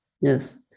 yes